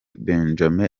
benjamin